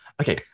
Okay